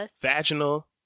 vaginal